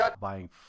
buying